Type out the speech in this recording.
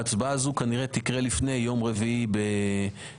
ההצבעה הזאת תקרה לפני יום רביעי ב-10:30.